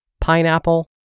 Pineapple